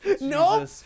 No